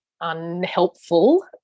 unhelpful